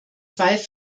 zwei